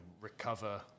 recover